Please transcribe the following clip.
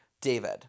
David